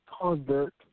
convert